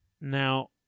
now